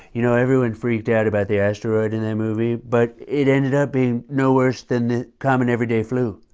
you know, everyone freaked out about the asteroid in that movie, but it ended up being no worse than the common everyday flu.